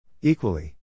Equally